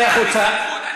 אתה חרגת מסמכות.